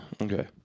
Okay